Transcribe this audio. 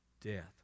death